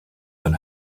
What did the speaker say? than